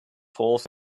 falls